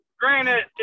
Granted